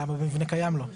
למה במבנה קיים לא?